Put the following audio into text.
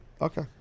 Okay